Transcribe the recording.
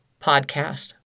podcast